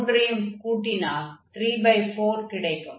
மூன்றையும் கூட்டினால் 34 கிடைக்கும்